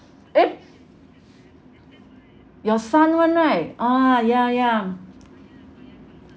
eh your son one right ah ya ya